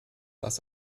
das